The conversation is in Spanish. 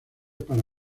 para